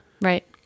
Right